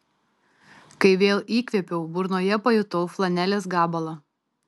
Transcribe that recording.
kai vėl įkvėpiau burnoje pajutau flanelės gabalą